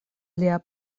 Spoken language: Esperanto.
lia